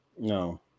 No